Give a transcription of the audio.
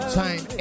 time